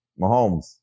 Mahomes